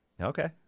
Okay